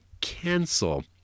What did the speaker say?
cancel